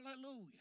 Hallelujah